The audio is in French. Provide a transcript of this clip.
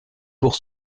pour